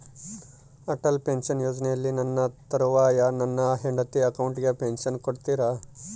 Atal pension ಯೋಜನೆಯಲ್ಲಿ ನನ್ನ ತರುವಾಯ ನನ್ನ ಹೆಂಡತಿ ಅಕೌಂಟಿಗೆ ಪೆನ್ಶನ್ ಕೊಡ್ತೇರಾ?